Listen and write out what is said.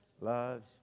loves